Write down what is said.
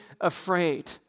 afraid